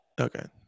Okay